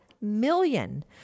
million